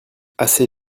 assez